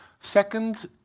Second